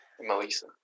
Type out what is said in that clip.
Melissa